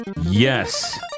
Yes